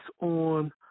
on